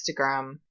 instagram